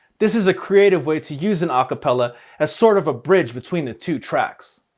this is a creative way to use an acapella as sort of a bridge between the two tracks.